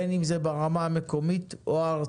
בין אם זה ברמה המקומית או הארצית.